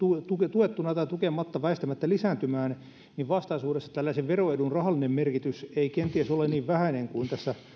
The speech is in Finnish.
tuettuna tai tukematta väistämättä lisääntymään niin vastaisuudessa tällaisen veroedun rahallinen merkitys ei kenties ole niin vähäinen kuin tässä